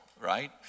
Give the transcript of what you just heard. Right